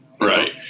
Right